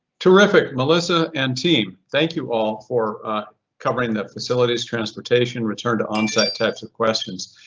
terrific, melissa and team. thank you all for covering the facilities transportation returned to onset types of questions.